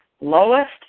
lowest